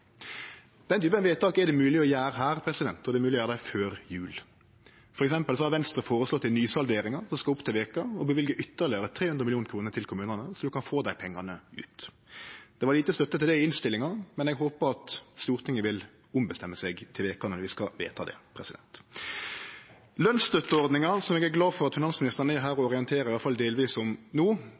vedtak er det mogleg å gjere her, og det er mogleg å gjere det før jul. For eksempel har Venstre føreslege i nysalderinga, som skal opp til veka, å løyve ytterlegare 300 mill. kr til kommunane, så dei kan få dei pengane ut. Det var lite støtte for det i innstillinga, men eg håpar at Stortinget vil ombestemme seg til veka når vi skal vedta det. Lønsstøtteordninga, som eg er glad for at finansministeren er her og orienterer – iallfall delvis – om no,